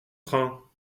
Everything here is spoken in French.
train